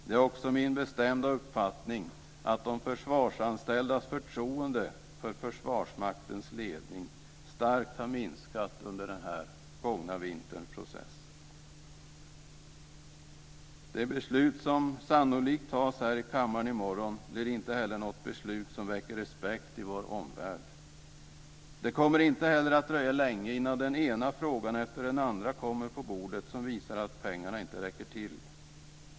Det är också min bestämda uppfattning att de försvarsanställdas förtroende för Försvarsmaktens ledning starkt har minskat under processen den gångna vintern. Det beslut som sannolikt fattas här i kammaren i morgon blir inte heller något beslut som väcker respekt i vår omvärld. Det kommer inte heller att dröja länge innan den ena frågan efter den andra kommer på bordet som visar att pengarna inte räcker till.